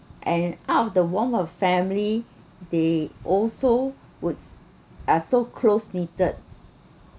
and out of the warmth of family they also would uh so close knitted